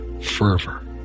fervor